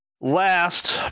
Last